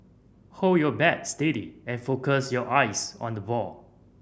hold your bat steady and focus your eyes on the ball